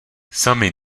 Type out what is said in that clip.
sami